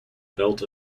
belt